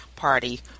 party